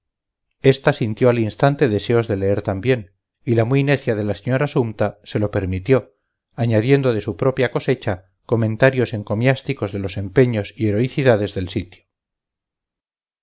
esta sintió al instante deseos de leer también y la muy necia de la señora sumta se lo permitió añadiendo de su propia cosecha comentarios encomiásticos de los empeños y heroicidades del sitio